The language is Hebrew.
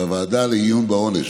והוועדה לעיון בעונש,